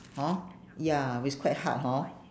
hor ya it's quite hard hor